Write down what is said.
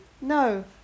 no